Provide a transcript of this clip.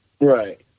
Right